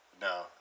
No